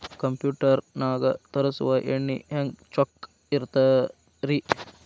Computer ನಾಗ ತರುಸುವ ಎಣ್ಣಿ ಹೆಂಗ್ ಚೊಕ್ಕ ಇರತ್ತ ರಿ?